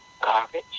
garbage